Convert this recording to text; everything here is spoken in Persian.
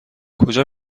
کجا